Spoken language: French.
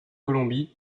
colombie